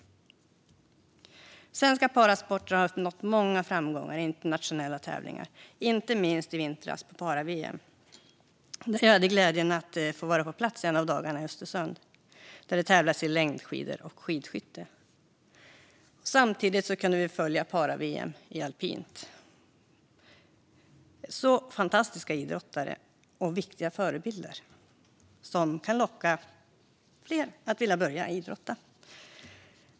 Idrott och frilufts-livsfrågor Svenska parasportare har nått många framgångar i internationella tävlingar, inte minst i vintras på para-VM. Jag hade glädjen att få vara på plats en av dagarna i Östersund där det tävlades i längdskidor och skidskytte. Samtidigt kunde vi följa para-VM i alpint. Där finns fantastiska idrottare och viktiga förebilder som kan locka fler att vilja börja idrotta.